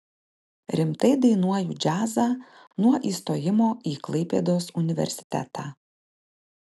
rimtai dainuoju džiazą nuo įstojimo į klaipėdos universitetą